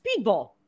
Speedball